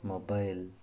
mobile